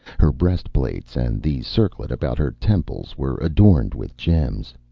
her breast-plates and the circlet about her temples were adorned with gems.